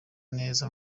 neza